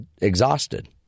exhausted